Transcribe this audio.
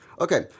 Okay